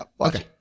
Okay